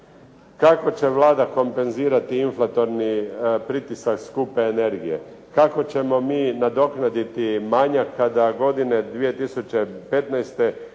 Kako će Vlada kompenzirati inflatorni pritisak skupe energije? Kako ćemo mi nadoknaditi manjak kada godine 2015.